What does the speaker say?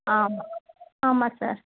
ஆமாம் ஆமாம் சார்